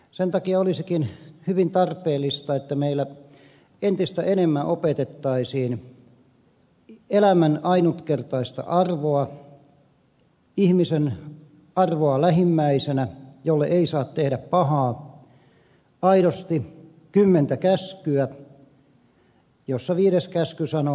sen takia olisikin hyvin tarpeellista että meillä entistä enemmän opetettaisiin elämän ainutkertaista arvoa ihmisen arvoa lähimmäisenä jolle ei saa tehdä pahaa aidosti kymmentä käskyä jossa viides käsky sanoo